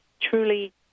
truly